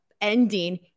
ending